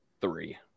three